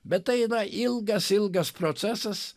bet tai yra ilgas ilgas procesas